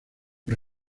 por